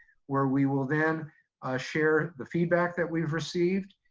where we will then share the feedback that we've received.